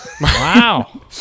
wow